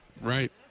Right